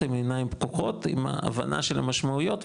עם עיניים פקוחות עם ההבנה של המשמעויות,